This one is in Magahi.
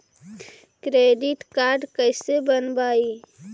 क्रेडिट कार्ड कैसे बनवाई?